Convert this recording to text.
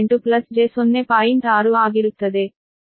6 ಆಗಿರುತ್ತದೆ